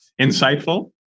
insightful